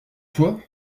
toi